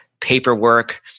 paperwork